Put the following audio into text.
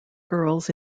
girls